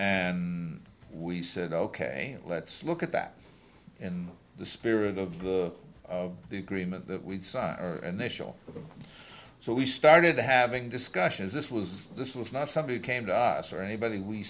and we said ok let's look at that in the spirit of the of the agreement the initial so we started having discussions this was this was not somebody came to us or anybody we